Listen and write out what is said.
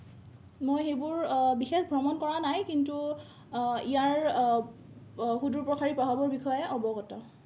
মই সেইবোৰ বিশেষ ভ্ৰমণ কৰা নাই কিন্তু ইয়াৰ সুদূৰপ্ৰসাৰী প্ৰভাৱৰ বিষয়ে অৱগত